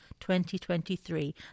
2023